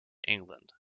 england